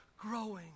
growing